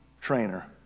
trainer